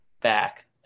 back